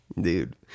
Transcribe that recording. dude